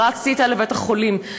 ורצתי אתה לבית-החולים,